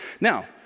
Now